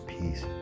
Peace